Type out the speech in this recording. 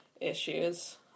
issues